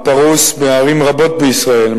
הפרוס בערים רבות בישראל.